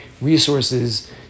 resources